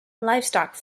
livestock